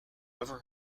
ever